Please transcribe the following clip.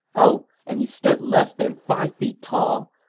oh, and he stood less than five feet tall,